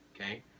okay